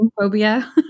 phobia